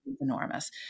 enormous